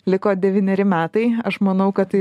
liko devyneri metai aš manau kad tai